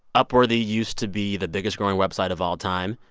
upworthy used to be the biggest growing website of all time.